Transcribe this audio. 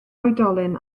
oedolyn